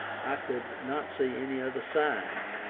i could not see any other side.